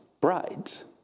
brides